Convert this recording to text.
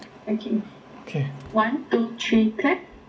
okay one two three clap